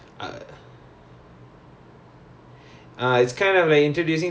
it's just a different wing the I_Cs saying like what's